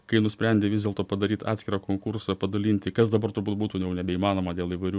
kai jie nusprendė vis dėlto padaryt atskirą konkursą padalinti kas dabar turbūt būtų jau nebeįmanoma dėl įvairių